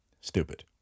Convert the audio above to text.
Stupid